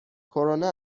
کرونا